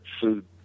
food